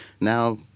now